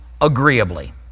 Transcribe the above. agreeably